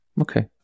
Okay